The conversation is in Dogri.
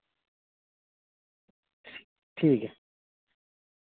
ठीक ऐ